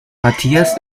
matthias